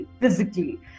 physically